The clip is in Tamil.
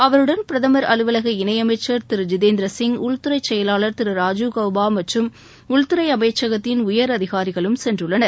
அவருடன் பிரதமர் அலுவலக இணையமைச்சர் திரு ஜித்தேந்திரசிய் உள்துறை செயலாளர் திரு ராஜீவ் கௌபா மற்றும் உள்துறை அமைச்சகத்தின் உயர் அதிகாரிகளும் சென்றுள்ளனர்